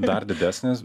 dar didesnės